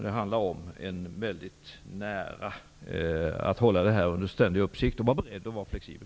Det handlar om att hålla detta under ständig uppsikt och vara beredd att vara flexibel.